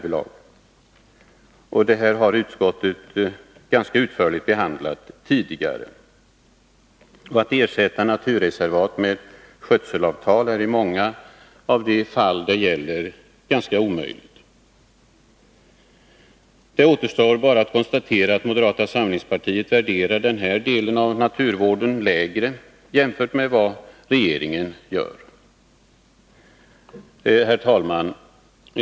Utskottet har redan tidigare utförligt behandlat denna fråga. Att ersätta naturreservat med skötselavtal är omöjligt i många av de fall det gäller. Det återstår bara att konstatera att moderata samlingspartiet värderar den här delen av naturvården lägre, jämfört med vad regeringen gör. Herr talman!